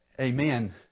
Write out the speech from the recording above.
Amen